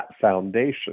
foundation